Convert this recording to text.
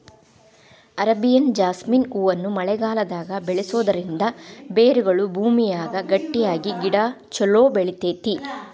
Arabian jasmine ಹೂವನ್ನ ಮಳೆಗಾಲದಾಗ ಬೆಳಿಸೋದರಿಂದ ಬೇರುಗಳು ಭೂಮಿಯಾಗ ಗಟ್ಟಿಯಾಗಿ ಗಿಡ ಚೊಲೋ ಬೆಳಿತೇತಿ